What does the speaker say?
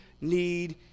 need